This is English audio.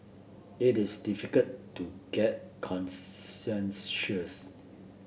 it is difficult to get consensus